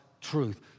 truth